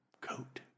coat